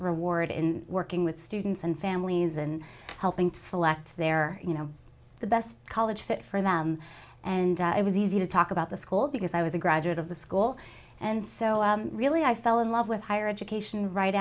reward in working with students and families and helping select their you know the best college fit for them and it was easy to talk about the school because i was a graduate of the school and so really i fell in love with higher education right